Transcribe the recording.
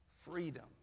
freedom